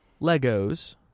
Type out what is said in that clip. Legos